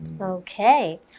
Okay